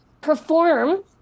perform